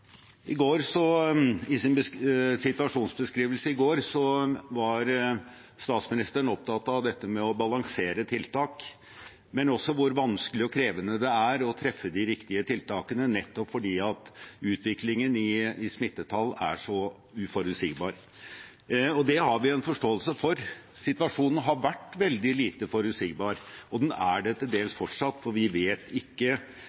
i går var statsministeren opptatt av det å balansere tiltak, men også av hvor vanskelig og krevende det er å treffe de riktige tiltakene, fordi utviklingen i smittetallene er så uforutsigbar. Det har vi forståelse for. Situasjonen har vært veldig lite forutsigbar, og den er det til dels fortsatt, for vi vet ikke